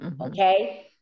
Okay